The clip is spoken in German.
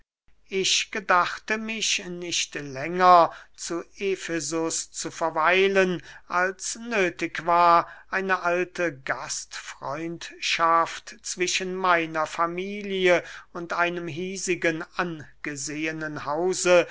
ich gedachte mich nicht länger zu efesus zu verweilen als nöthig war eine alte gastfreundschaft zwischen meiner familie und einem hiesigen angesehenen hause